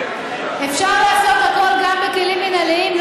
אפשר לעשות הכול גם בכלים מינהליים.